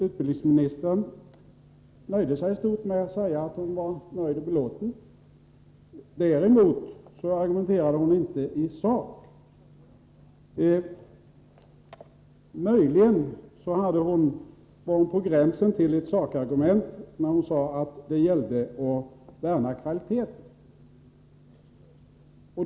Utbildningsministern inskränkte sig i stort till att säga att hon var nöjd och belåten. Däremot argumenterade hon inte i sak. Möjligen var hon på gränsen till ett sakargument, när hon sade att det gällde att värna om kvaliteten.